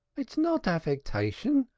it's not affectation.